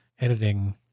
editing